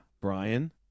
Brian